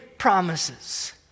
promises